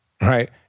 right